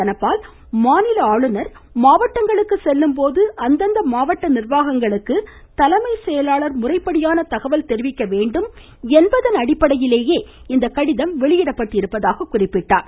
தனபால் மாநில ஆளுநர் மாவட்டங்களுக்கு செல்லும் போது அந்தந்த மாவட்ட நிர்வாகங்களுக்கு தலைமை செயலாளர் முறைப்படியான தகவல் தெரிவிக்க வேண்டும் என்பதன் அடிப்படையிலேயே இந்த கடிதம் வெளியிடப்பட்டிருப்பதாக குறிப்பிட்டார்